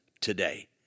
today